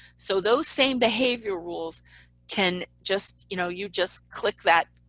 so those same behavior rules can just, you know you just click that,